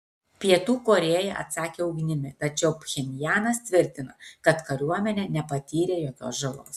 pietų korėja atsakė ugnimi tačiau pchenjanas tvirtina kad kariuomenė nepatyrė jokios žalos